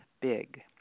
big